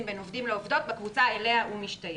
בין עובדים לעובדות בקבוצה אליה הוא משתייך.